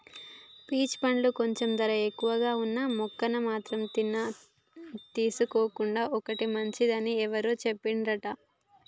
peach పండ్లు కొంచెం ధర ఎక్కువగా వున్నా మొన్న మా అన్న తీసుకొచ్చిండు ఒంటికి మంచిది అని ఎవరో చెప్పిండ్రంట